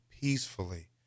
peacefully